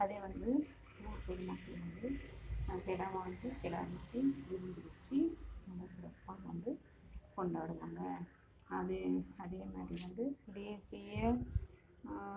அதே வந்து ஊர் பொதுமக்கள் வந்து கிடாலாம் வாங்கி கிடா வெட்டி விருந்து வைச்சி நல்லா சிறப்பாக வந்து கொண்டாடுவாங்க அது அதே மாதிரி வந்து தேசிய